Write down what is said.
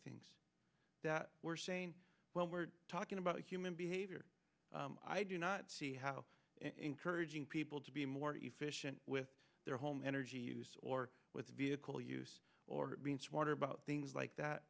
things that we're saying well we're talking about human behavior i do not see how encouraging people to be more efficient with their home energy use or with vehicle use or being smarter about things like that